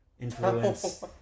influence